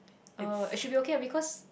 uh it should be okay ah because